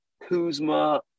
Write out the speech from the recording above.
Kuzma